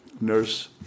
nurse